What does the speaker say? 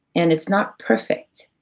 and it's not perfect,